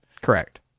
Correct